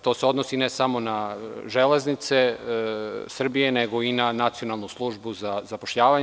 To se odnosi ne samo na „Železnice Srbije“ nego i na Nacionalnu službu za zapošljavanje.